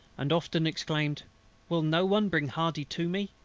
and often exclaimed will no one bring hardy to me?